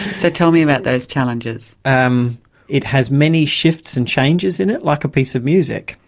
so tell me about those challenges. um it has many shifts and changes in it, like a piece of music.